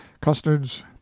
custards